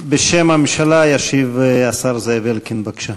בשם הממשלה ישיב השר זאב אלקין, בבקשה.